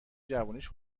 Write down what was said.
جوونیش